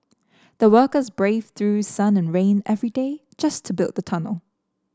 the workers braved through sun and rain every day just to build the tunnel